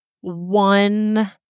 one